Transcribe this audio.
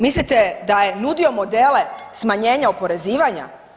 Mislite da je nudio modele smanjenja oporezivanja?